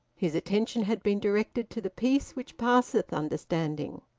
his attention had been directed to the peace which passeth understanding.